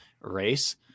race